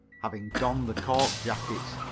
having donned the cork jackets,